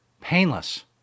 Painless